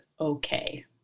okay